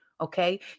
okay